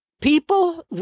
people